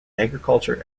agriculture